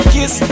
Kiss